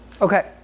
Okay